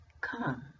come